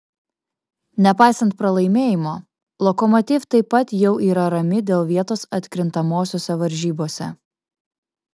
nepaisant pralaimėjimo lokomotiv taip pat jau yra rami dėl vietos atkrintamosiose varžybose